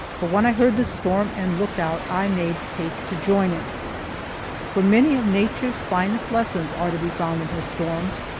but when i heard the storm and looked out i made haste to join it for many of nature's finest lessons are to be found in her storms,